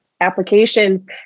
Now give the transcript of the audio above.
applications